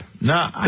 No